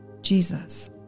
Jesus